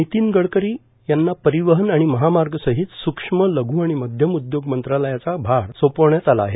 नितीन गडकरी यांना परिवहन आणि महामार्गसहित सूक्ष्म लघू आणि मध्यम उद्योग मंत्रालयाचा भार सोपवण्यात आला आहे